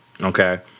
Okay